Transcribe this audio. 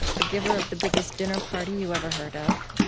the giver of the biggest dinner party you ever heard of,